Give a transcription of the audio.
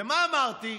ומה אמרתי?